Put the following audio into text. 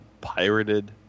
pirated